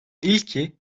ilki